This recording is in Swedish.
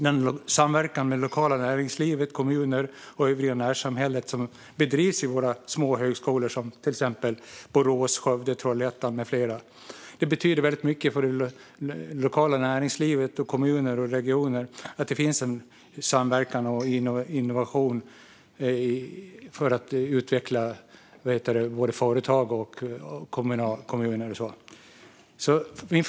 Den samverkan med det lokala näringslivet, kommunerna och det övriga närsamhället som bedrivs vid våra små högskolor - till exempel i Borås, Skövde och Trollhättan - betyder väldigt mycket. Det har betydelse för det lokala näringslivet, kommuner och regioner att det finns en samverkan och en innovationsvilja när det gäller att utveckla både företag och kommuner.